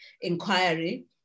inquiry